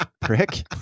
prick